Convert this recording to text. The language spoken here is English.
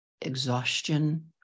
exhaustion